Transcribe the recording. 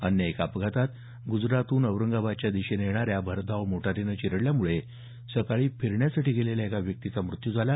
अन्य एका अपघातात गुजरातहून औरंगाबादच्या दिशेनं येणाऱ्या भरधाव मोटारीनं चिरडल्यामुळे सकाळी फिरण्यासाठी गेलेल्या एका व्यक्तीचा मृत्यू झाला